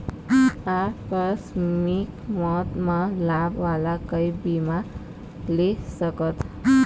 आकस मिक मौत म लाभ वाला कोई बीमा ले सकथन का?